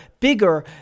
bigger